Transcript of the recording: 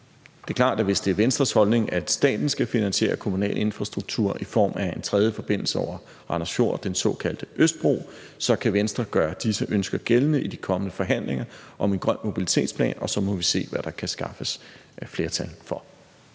Det er klart, at hvis det er Venstres holdning, at staten skal finansiere kommunal infrastruktur i form af en tredje forbindelse over Randers Fjord, den såkaldte Østbro, så kan Venstre gøre disse ønsker gældende i de kommende forhandlinger om en grøn mobilitetsplan, og så må vi se, hvad der kan skaffes flertal for.